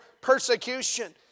persecution